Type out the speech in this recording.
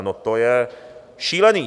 No to je šílený.